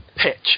pitch